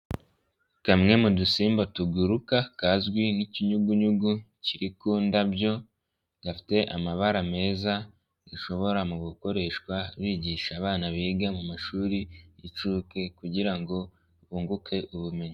Kamwe mu dusimba tuguruka kazwi n'ikinyugunyugu kiri ku ndabyo gafite amabara meza gashobora mu gukoreshwa bigisha abana biga mu mashuri y'inshuke kugira ngo bunguke ubumenyi.